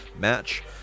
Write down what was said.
match